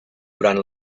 durant